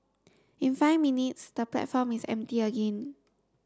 in five minutes the platform is empty again